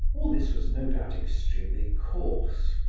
all this was no doubt extremely coarse,